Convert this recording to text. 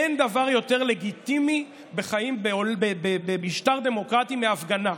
אין דבר יותר לגיטימי במשטר דמוקרטי מהפגנה,